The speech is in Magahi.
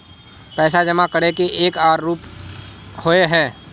पैसा जमा करे के एक आर रूप होय है?